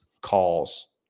calls